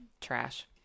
Trash